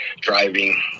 driving